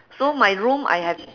so my room I have